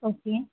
okay